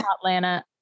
Atlanta